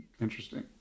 Interesting